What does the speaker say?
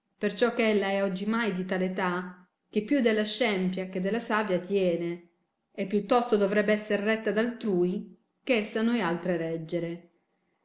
badessa perciò che ella è oggimai di tal età che più della scempia che della savia tiene e più tosto dovrebbe esser retta d altrui che essa noi altre reggere